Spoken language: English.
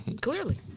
clearly